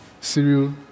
cereal